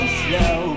slow